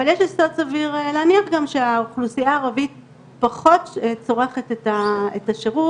אבל יש יסוד סביר להניח גם שהאוכלוסיה הערבית פחות צורכת את השירות,